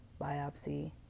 biopsy